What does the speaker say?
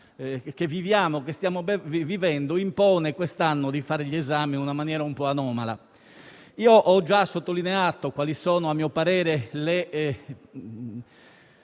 che l'emergenza che stiamo vivendo impone quest'anno di fare gli esami in maniera un po' anomala. Ho già sottolineato quali sono, a mio parere,